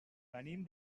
venim